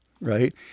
Right